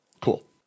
Cool